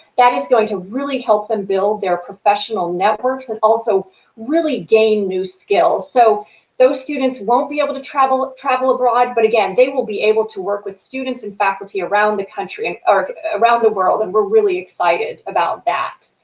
that is going to really help them build their professional networks and also really gain new skills. so those students won't be able to travel travel abroad, but again, they will be able to work with students and faculty around the and um around the world and we're really excited about that.